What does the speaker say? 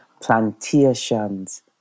plantations